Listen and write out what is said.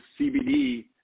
CBD –